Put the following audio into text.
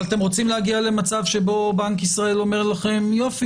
אתם רוצים להגיע למצב שבו בנק ישראל אומר לכם: יופי